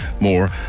more